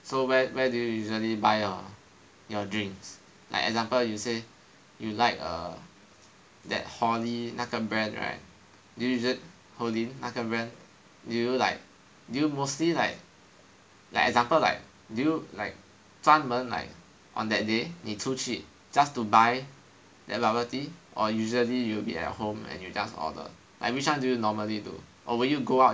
so where where do you usually buy your drinks like example you say you like err that Hollin 那个 brand right usually Hollin 那个 brand do you like do you mostly like like example like do you like 专门 like on that day 你出去 just to buy that bubble tea or usually you will be at home and you just order like which one do you normally do or will you go out